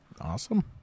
Awesome